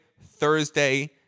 Thursday